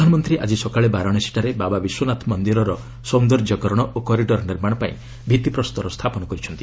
ପ୍ରଧାନମନ୍ତ୍ରୀ ଆଜି ସକାଳେ ବାରାଣସୀଠାରେ ବାବା ବିଶ୍ୱନାଥ ମନ୍ଦିରର ସୌନ୍ଦର୍ଯ୍ୟକରଣ ଓ କରିଡର ନିର୍ମାଣ ପାଇଁ ଭିଭିପ୍ରସ୍ତର ସ୍ଥାପନ କରିଛନ୍ତି